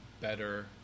better